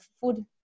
food